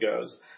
goes